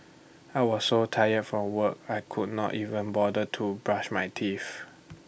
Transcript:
I was so tired from work I could not even bother to brush my teeth